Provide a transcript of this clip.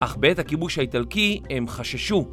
אך בעת הכיבוש האיטלקי הם חששו.